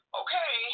okay